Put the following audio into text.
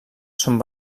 són